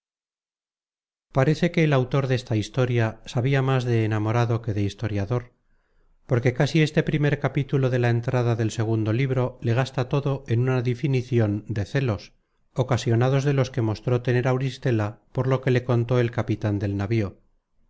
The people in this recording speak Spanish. parece que el autor desta historia sabia más de enamorado que de historiador porque casi este primer capítulo de la entrada del segundo libro le gasta todo en una difinicion de celos ocasionados de los que mostró tener auristela por lo que le contó el capitan del navío